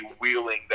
wheeling